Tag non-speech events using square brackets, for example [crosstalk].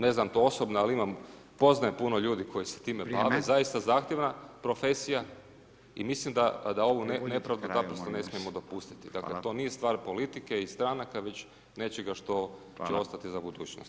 Ne znam to osobno, ali imam poznajem puno ljudi koji se time bave, zaista zahtjevna profesija i mislim da … [unintelligible] to ne smijemo dopustiti, dakle, to nije stvar politike i stranaka već nečega što će ostati za budućnost.